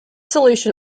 solution